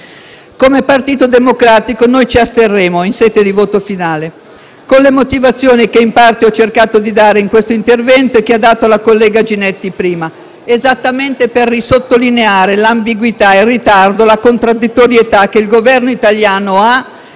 come Partito Democratico noi ci asterremo in sede di voto finale, con le motivazioni che in parte ho cercato di dare in questo intervento e che prima ha dato la collega Ginetti, esattamente per risottolineare l'ambiguità, il ritardo, la contraddittorietà che il Governo italiano ha